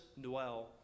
dwell